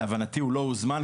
להבנתי הוא לא הוזמן,